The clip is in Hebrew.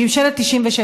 ממשלת 1996,